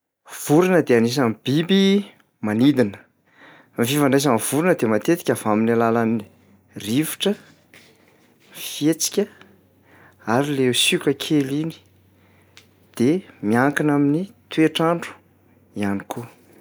Vorona de anisan'ny biby manidina. Ny fifandraisan'ny vorona de matetika avy amin'ny alalan'ny rivotra, fihetsika ary le sioka kely iny. De miankina amin'ny toetr'andro ihany koa.